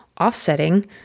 offsetting